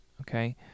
Okay